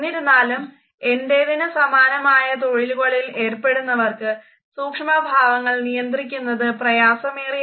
എന്നിരുന്നാലും എൻ്റെതിന് സമാനമായ തൊഴിലുകളിൽ ഏർപ്പെടുന്നവർക്ക് സൂക്ഷ്മഭാവങ്ങൾ നിയന്ത്രിക്കുന്നത് പ്രയാസമേറിയ കാര്യമാണ്